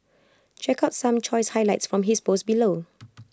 check out some choice highlights from his post below